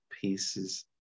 pieces